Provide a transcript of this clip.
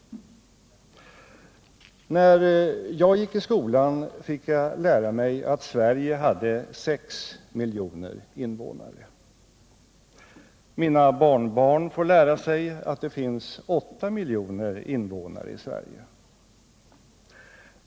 När jag gick i skolan fick jag lära mig att Sverige hade 6 miljoner invånare. Mina barnbarn får lära sig att det finns 8 miljoner invånare i Sverige.